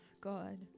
God